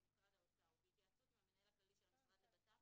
במשרד האוצר ובהתייעצות עם המנהל הכללי של המשרד לבט"פ.